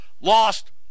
lost